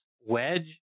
wedge